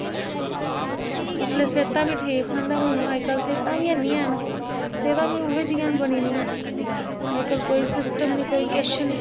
उसलै सेह्तां बी ठीक न ते हून अज्ज कल सेह्ता बी ऐ निं हैन सेह्तां बी उ'ऐ जेहियां न बनी दियां अज्ज कल कोई सिस्टम नेईं कोई किश निं